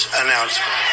announcement